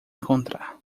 encontrar